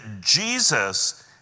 Jesus